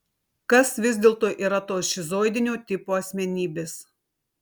kas vis dėlto yra tos šizoidinio tipo asmenybės